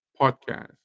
podcast